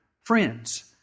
friends